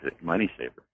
money-saver